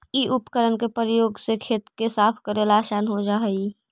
इ उपकरण के प्रयोग से खेत के साफ कऽरेला असान हो जा हई